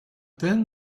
then